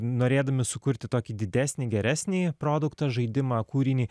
norėdami sukurti tokį didesnį geresnį produktą žaidimą kūrinį